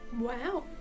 Wow